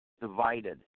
divided